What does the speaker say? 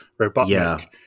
Robotnik